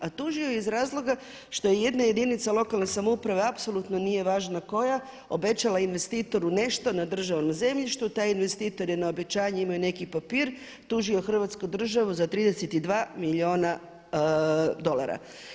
A tužio ju je iz razloga što je jedna jedinica lokalne samouprave, apsolutno nije važno koja, obećala investitoru nešto na državnom zemljištu, taj investitor je na obećanje imao i neki papir, tužio Hrvatsku državu za 32 milijuna dolara.